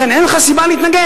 לכן אין לך סיבה להתנגד.